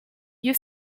you